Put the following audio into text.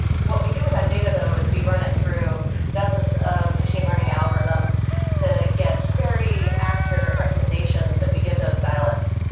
what we do with that data though is we run it through dozens of machine learning algorithms to get very accurate recommendations that we give those stylists.